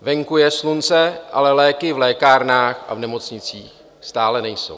Venku je slunce, ale léky v lékárnách a v nemocnicích stále nejsou.